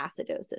acidosis